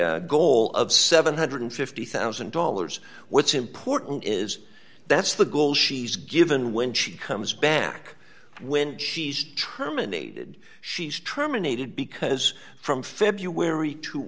a goal of seven hundred and fifty thousand dollars what's important is that's the goal she's given when she comes back when she's trim and aided she's trauma needed because from february to